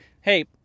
hey